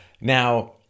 Now